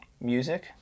music